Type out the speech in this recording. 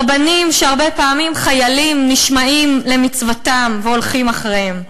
רבנים שהרבה פעמים חיילים נשמעים למצוותם והולכים אחריהם.